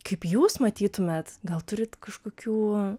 kaip jūs matytumėt gal turit kažkokių